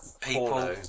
people